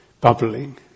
bubbling